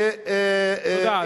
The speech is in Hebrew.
תודה.